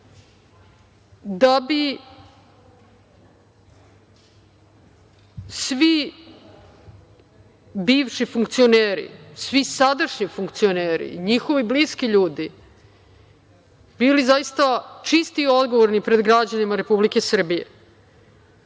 bi svi bivši funkcioneri, svi sadašnji funkcioneri i njihovi bliski ljudi bili zaista čisti i odgovorni pred građanima Republike Srbije,